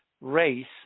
race